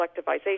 collectivization